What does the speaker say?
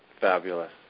fabulous